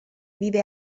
vive